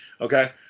Okay